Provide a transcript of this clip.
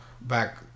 back